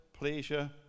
pleasure